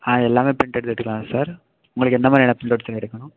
ஆ எல்லாமே ப்ரிண்ட் எடுத்து எடுத்துக்கலாம் சார் உங்களுக்கு எந்தமாதிரியான ப்ரிண்ட்அவுட் சார் எடுக்கணும்